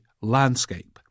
landscape